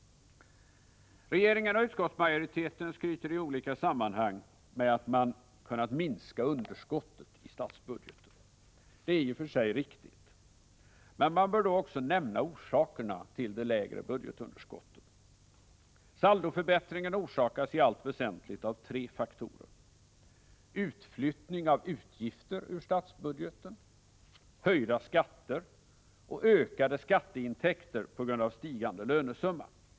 Regeringen och utskottsmajoriteten skryter i olika sammanhang med att man kunnat minska underskottet i statsbudgeten. Det är i och för sig riktigt. Men man bör då också nämna orsakerna till det lägre budgetunderskottet. Saldoförbättringen orsakas i allt väsentligt av tre faktorer: utflyttning av utgifter ur statsbudgeten, höjda skatter och ökade skatteintäkter på grund av stigande lönesumma.